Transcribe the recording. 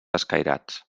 escairats